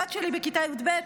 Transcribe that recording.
הבת שלי בכיתה י"ב,